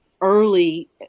early